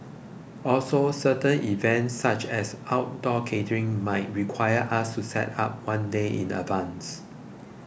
also certain events such as outdoor catering might require us to set up one day in advance